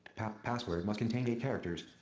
password must contain eight characters.